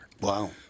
Wow